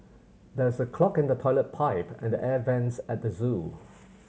there is a clog in the toilet pipe and the air vents at the zoo